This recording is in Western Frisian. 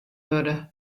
wurde